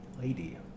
lady